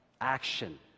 action